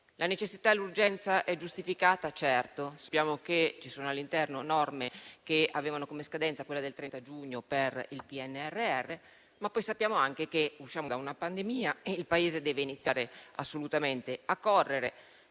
La necessità e l'urgenza sono giustificate? Certo. Sappiamo che al suo interno ci sono norme che avevano come scadenza quella del 30 giugno per il PNRR, ma sappiamo anche che usciamo da una pandemia e il Paese deve iniziare assolutamente a correre.